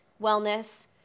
wellness